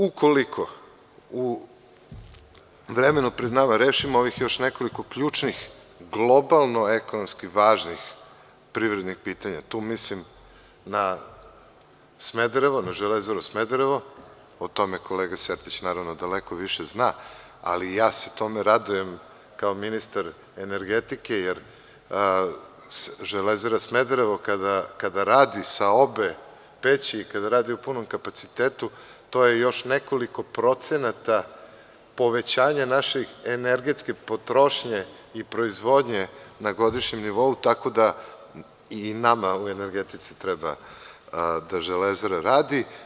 Ukoliko u vremenu pred nama rešimo ovih još nekoliko ključnih globalno ekonomski važnih privrednih pitanja, tu mislim na Železaru Smederevo, o tome kolega Sertić naravno daleko više zna, ali ja se tome radujem kao ministar energetike, jer Železara Smederevo kada radi sa obe peći, kada radi u punom kapacitetu, to je još nekoliko procenata povećanja naše energetske potrošnje i proizvodnje na godišnjem nivou, tako da i nama u energetici treba da Železara radi.